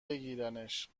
بگیرنش